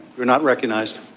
you're not recognized.